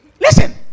Listen